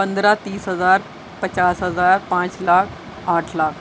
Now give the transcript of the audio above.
پندرہ تیس ہزار پچاس ہزار پانچ لاکھ آٹھ لاکھ